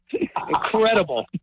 Incredible